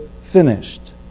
finished